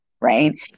right